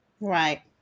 Right